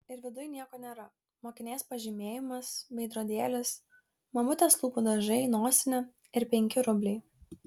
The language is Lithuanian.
ir viduj nieko nėra mokinės pažymėjimas veidrodėlis mamutės lūpų dažai nosinė ir penki rubliai